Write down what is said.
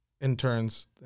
interns